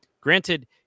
Granted